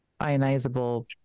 ionizable